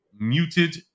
Muted